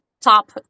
top